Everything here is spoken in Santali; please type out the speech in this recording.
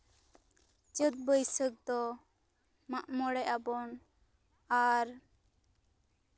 ᱪᱟᱹᱛ ᱵᱟᱭᱥᱟᱹᱠ ᱫᱚ ᱢᱟᱜ ᱢᱚᱬᱮ ᱟᱵᱚᱱ ᱟᱨ